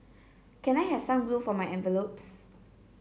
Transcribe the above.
can I have some glue for my envelopes